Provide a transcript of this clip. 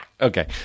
Okay